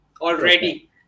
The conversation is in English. already